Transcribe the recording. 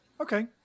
Okay